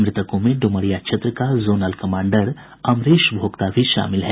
मृतकों में डुमरिया क्षेत्र का जोनल कमांडर अमरेश भोक्ता भी शामिल है